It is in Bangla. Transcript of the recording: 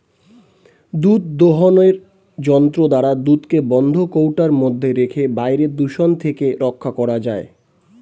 দুধ দোহনের যন্ত্র দ্বারা দুধকে বন্ধ কৌটোর মধ্যে রেখে বাইরের দূষণ থেকে রক্ষা করা যায়